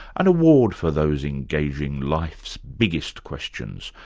an award for those engaging life's biggest questions,